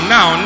Now